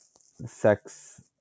sex